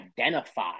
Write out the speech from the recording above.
identify